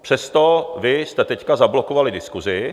Přesto vy jste teď zablokovali diskusi.